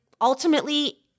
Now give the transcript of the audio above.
ultimately